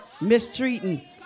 mistreating